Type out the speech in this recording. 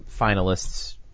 finalists